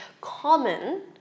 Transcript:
common